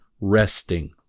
resting